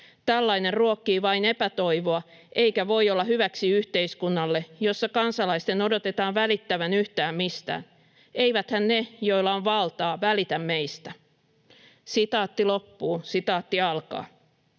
Tällainen ruokkii vain epätoivoa eikä voi olla hyväksi yhteiskunnalle, jossa kansalaisten odotetaan välittävän yhtään mistään. Eiväthän ne, joilla on valtaa, välitä meistä." "Asumistuen